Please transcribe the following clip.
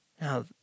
Now